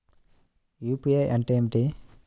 UPI అంటే ఏమిటీ?